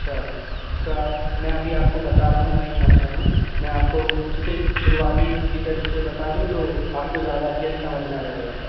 अच्छा इसका मैं अभी आपको बता रहा हूँ वहीं पहुँच रहा हूँ मैं आपको इसके शुरुआती से फीचर्स से बता दो तो आपको ज़्यादा अच्छे से समझ में आ जाएगा